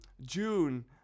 June